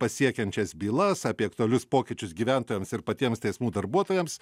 pasiekiančias bylas apie aktualius pokyčius gyventojams ir patiems teismų darbuotojams